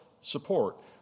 support